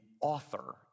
author